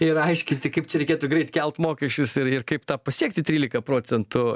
ir aiškinti kaip čia reikėtų greit kelt mokesčius ir ir kaip tą pasiekti tryliką procentų